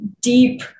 deep